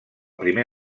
primer